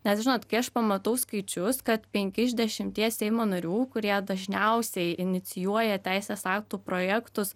nes žinot kai aš pamatau skaičius kad penki iš dešimties seimo narių kurie dažniausiai inicijuoja teisės aktų projektus